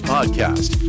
Podcast